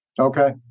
Okay